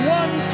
one